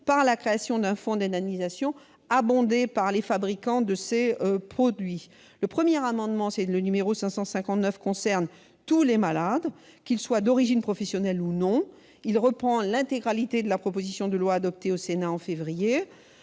par la création d'un fonds d'indemnisation abondé par les fabricants de ces produits. L'amendement n° 559 rectifié concerne tous les malades, qu'ils soient d'origine professionnelle ou non. Il vise à reprendre l'intégralité de la proposition de loi adoptée au Sénat en février.